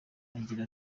agira